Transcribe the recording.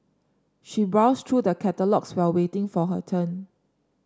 she browsed through the catalogues while waiting for her turn